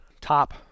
top